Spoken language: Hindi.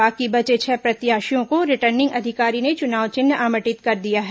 बाकी बचे छह प्रत्याशियों को रिटर्निंग अधिकारी ने चुनाव चिन्ह आवंटित कर दिया है